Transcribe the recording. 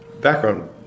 background